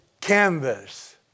canvas